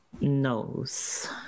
knows